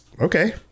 okay